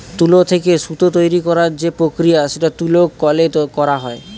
তুলো থেকে সুতো তৈরী করার যে প্রক্রিয়া সেটা তুলো কলে করা হয়